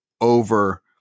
over